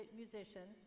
musician